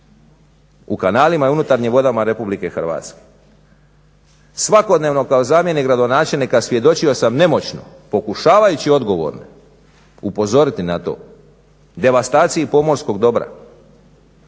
u kanalima i unutarnjim vodama Republike Hrvatske. Svakodnevno kao zamjenik gradonačelnika svjedočio sam nemoćno, pokušavajući odgovorne upozoriti na to, devastaciji pomorskog dobra.